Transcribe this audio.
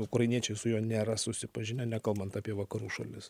ukrainiečiai su juo nėra susipažinę nekalbant apie vakarų šalis